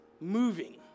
moving